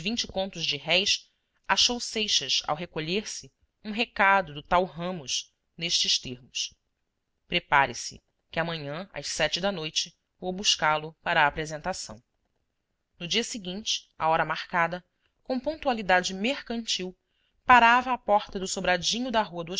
de réis achou seixas ao recolher-se um recado do tal ramos nestes termos prepare-se que amanhã às da noite vou buscá-lo para a apresentação no dia seguinte à hora marcada com pontualidade mercantil parava à porta do sobradinho da rua do